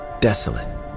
desolate